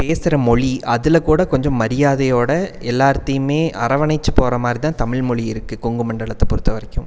பேசுகிற மொழி அதில்கூட கொஞ்சம் மரியாதையோட எல்லார்த்தையுமே அரவணச்சி போறமாதிரிதான் தமிழ் மொழி இருக்கு கொங்கு மண்டலத்தை பொறுத்த வரைக்கும்